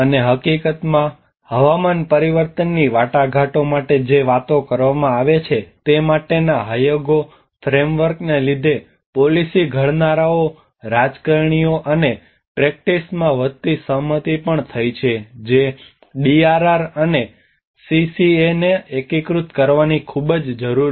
અને હકીકતમાં હવામાન પરિવર્તનની વાટાઘાટો માટે જે વાતો કરવામાં આવે છે તે માટેના હાયગો ફ્રેમવર્કને લીધે પોલિસી ઘડનારાઓ રાજકારણીઓ અને પ્રેક્ટિસમાં વધતી સહમતિ પણ થઈ છે જે ડીઆરઆર અને સીસીએને એકીકૃત કરવાની ખૂબ જ જરૂર છે